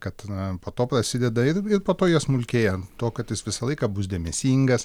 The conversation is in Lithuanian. kad na po to prasideda ir ir po to jie smulkėja to kad jis visą laiką bus dėmesingas